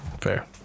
Fair